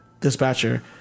dispatcher